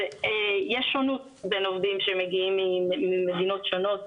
יש שונות בין עובדים שמגיעים ממדינות שונות,